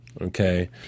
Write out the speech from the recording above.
okay